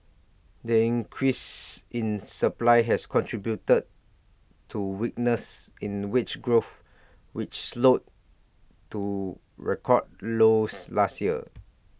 the increase in supply has contributed to weakness in wage growth which slowed to record lows last year